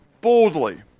boldly